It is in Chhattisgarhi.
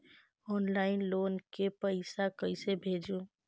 ऑनलाइन लोन के पईसा कइसे भेजों?